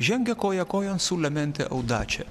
žengia koja kojon su lemente audače